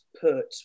put